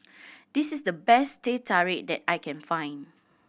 this is the best Teh Tarik that I can find